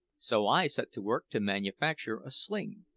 so i set to work to manufacture a sling.